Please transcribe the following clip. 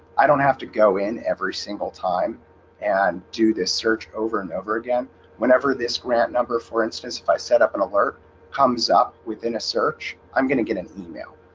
i don't have to go in every single time and do this search over and over again whenever this grant number for instance if i set up an and alert comes up within a search. i'm gonna get an email.